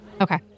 Okay